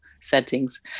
settings